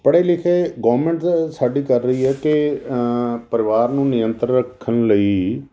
ਪੜੇ ਲਿਖੇ ਗੋਰਮੈਂਟ ਸਾਡੀ ਕਰ ਰਹੀ ਏ ਕਿ ਪਰਿਵਾਰ ਨੂੰ ਨਿਯੰਤਰ ਰੱਖਣ ਲਈ